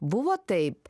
buvo taip